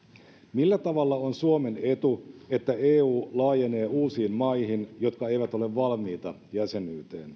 millä tavalla on suomen etu että eu laajenee uusiin maihin jotka eivät ole valmiita jäsenyyteen